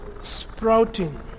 sprouting